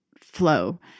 flow